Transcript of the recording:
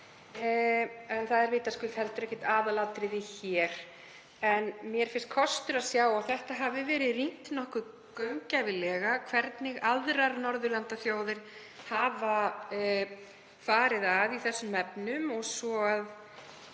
Það er vitaskuld heldur ekkert aðalatriði hér, en mér finnst kostur að sjá að það hafi verið rýnt nokkuð gaumgæfilega hvernig aðrar Norðurlandaþjóðir hafa farið að í þessum efnum. Og svo